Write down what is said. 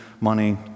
money